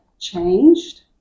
changed